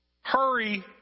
Hurry